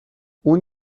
اون